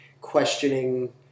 questioning